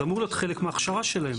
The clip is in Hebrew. זה אמור להיות חלק מההכשרה שלהם.